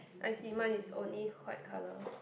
I see mine is only white color